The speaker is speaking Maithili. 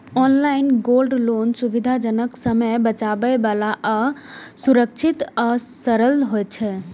ऑनलाइन गोल्ड लोन सुविधाजनक, समय बचाबै बला आ सुरक्षित आ सरल होइ छै